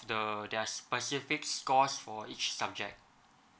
the their specific score for each subject